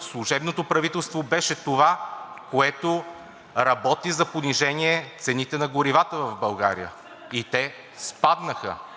Служебното правителство беше това, което работи за понижение цените на горивата в България и те спаднаха.